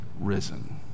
risen